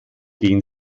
den